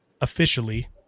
officially